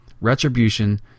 retribution